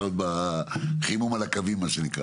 אתה עוד בחימום על הקווים מה שנקרא.